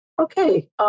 okay